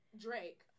drake